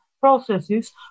processes